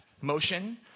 motion